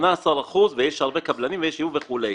18% ויש הרבה קבלנים ויש ציוד וכולי.